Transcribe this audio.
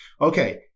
okay